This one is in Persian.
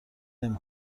نمی